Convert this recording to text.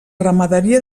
ramaderia